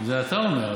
זה אתה אומר.